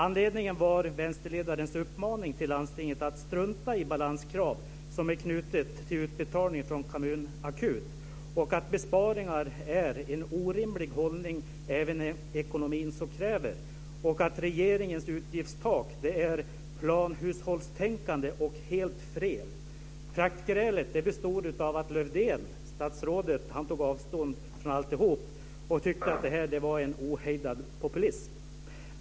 Anledningen var vänsterledarens uppmaning till landstinget att strunta i balanskravet, som är knutet till utbetalning från kommunakut, och hennes uttalande om att besparingar är en orimlig hållning även när ekonomin så kräver och att regeringens utgiftstak är planhushållstänkande och helt fel. Praktgrälet bestod av att statsrådet Lövdén tog avstånd från alltihop och tyckte att det här var en ohejdad populism.